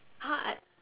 !huh! I